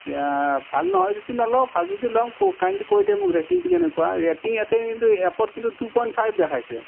এতিয়া ভাল নহয় যদি নলওঁ ভাল যদি ল'ম কাইণ্ডলি তই কৈ দে মোক ৰেটিংটো কেনেকুৱা ৰেটিং ইয়াতে কিন্তু এপত কিন্তু টু পইণ্ট ফাইভ দেখাইছে